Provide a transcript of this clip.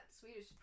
Swedish